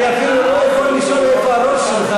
אני אפילו לא יכול לשאול איפה הראש שלך,